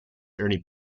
ernie